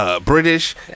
British